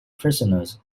prisoners